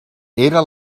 era